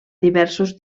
diversos